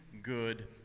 Good